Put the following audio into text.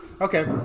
Okay